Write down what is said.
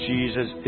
Jesus